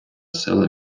села